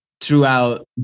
throughout